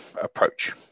approach